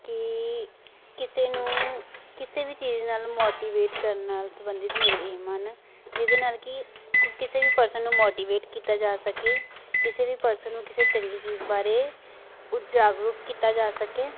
ਕਿ ਕਿਸੇ ਨੂੰ ਕਿਸੇ ਵੀ ਚੀਜ਼ ਨਾਲ ਮੋਟੀਵੇਟ ਕਰਨ ਨਾਲ ਸੰਬੰਧਿਤ ਮੇਰੇ ਏਮ ਹਨ ਜਿਹਦੇ ਨਾਲ ਕਿ ਕਿਸੇ ਵੀ ਪਰਸਨ ਨੂੰ ਮੋਟੀਵੇਟ ਕੀਤਾ ਜਾ ਸਕੇ ਕਿਸੇ ਵੀ ਪਰਸਨ ਨੂੰ ਕਿਸੇ ਚੰਗੀ ਚੀਜ਼ ਬਾਰੇ ਕੁੱਝ ਜਾਗਰੂਕ ਕੀਤਾ ਜਾ ਸਕੇ